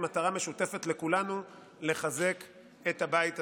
מטרה משותפת לכולנו לחזק את הבית הזה.